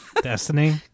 Destiny